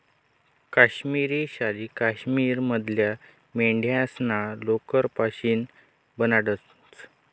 काश्मिरी शाली काश्मीर मधल्या मेंढ्यास्ना लोकर पाशीन बनाडतंस